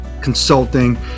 Consulting